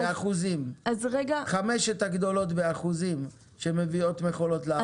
חמש הגדולות שמביאות מכולות לארץ באחוזים?